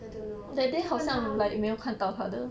I don't know 可以问他